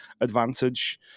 advantage